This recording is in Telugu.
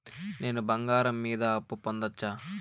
నేను బంగారం మీద అప్పు పొందొచ్చా?